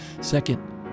second